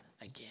again